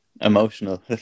emotional